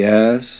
Yes